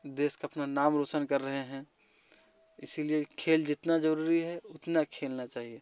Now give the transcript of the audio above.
देश अपना नाम रोशन कर रहे हैं इसलिए खेल जीतना जरूरी है उतना खेलना चाहिए